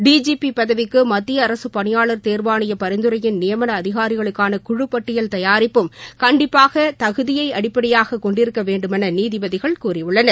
DGP பதவிக்கு மத்திய அரசு பணியாளர் தேர்வாணைய பரிந்துரையின் நியமன அதிகாரிகளுக்கான குழு பட்டியல் தயாரிப்பும் கண்டிப்பாக தகுதியை அடிப்படையாக கொண்டிருக்க வேண்டுமென நீதிபதிகள் கூறியுள்ளனர்